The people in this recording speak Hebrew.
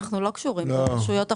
אנחנו לא קשורים, זה לרשויות אחרות.